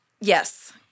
Yes